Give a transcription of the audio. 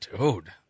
Dude